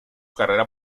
carrera